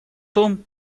том